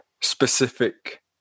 specific